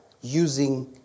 using